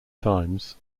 times